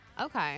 Okay